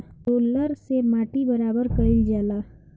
roller से माटी बराबर कइल जाला